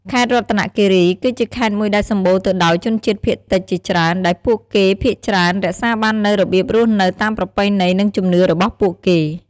ខេត្តរតនគិរី គឺជាខេត្តមួយដែលសម្បូរទៅដោយជនជាតិភាគតិចជាច្រើន ដែលពួកគេភាគច្រើនរក្សាបាននូវរបៀបរស់នៅតាមប្រពៃណី និងជំនឿរបស់ពួកគេ។